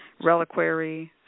reliquary